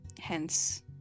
hence